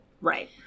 right